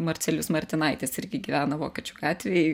marcelijus martinaitis irgi gyveno vokiečių gatvėj